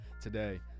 Today